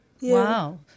Wow